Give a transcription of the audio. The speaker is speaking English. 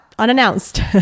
Unannounced